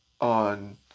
on